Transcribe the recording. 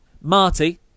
Marty